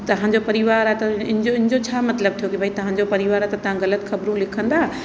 तव्हां जो परिवार आहे त इनजो इनजो छा मतिलबु थियो कि भई तव्हां जो परिवार आहे त तव्हां ग़लति ख़बरूं लिखंदा